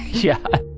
yeah